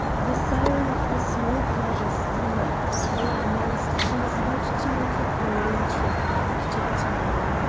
the siren of the small pleasure steamer at the quay announced she was about to make her hourly trip back to the town.